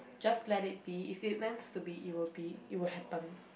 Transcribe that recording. just let it be if it meant to be it will be it will happen